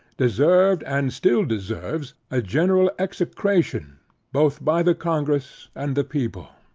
deserved, and still deserves, a general execration both by the congress and the people.